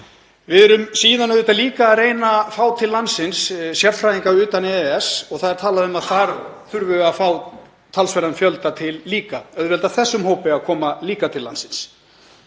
Við erum síðan auðvitað líka að reyna að fá til landsins sérfræðinga utan EES og er talað um að þar þurfi að fá talsverðan fjölda líka, auðvelda þessum hópi að koma til landsins.